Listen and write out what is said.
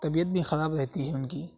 طبیعت بھی خراب رہتی ہے ان کی